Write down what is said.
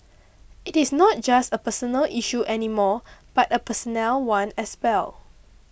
it is not just a personal issue any more but a personnel one as well